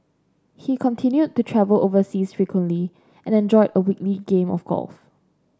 he continued to travel overseas frequently and enjoyed a weekly game of golf